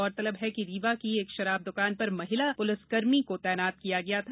गौरतलब है कि रीवा की एक शराब द्वकान पर महिला पुलिसकर्मी को तैनात किया गया था